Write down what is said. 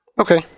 Okay